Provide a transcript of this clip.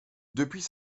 depuis